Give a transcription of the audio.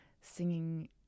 singing